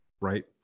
right